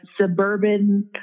suburban